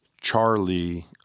Charlie